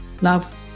Love